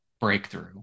breakthrough